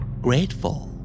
Grateful